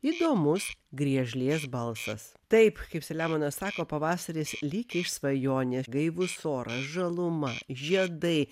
įdomus griežlės balsas taip kaip selemonas sako pavasaris lyg iš svajonės gaivus oras žaluma žiedai